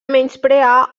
menysprear